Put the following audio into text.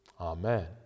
amen